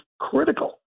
critical